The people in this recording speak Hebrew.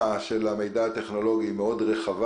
של המידע הטכנולוגי היא מאוד רחבה.